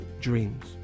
dreams